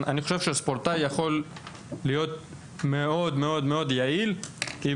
אני חושב שספורטאי יכול להיות מאוד יעיל אם